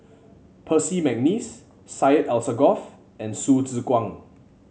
Percy McNeice Syed Alsagoff and Hsu Tse Kwang